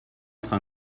train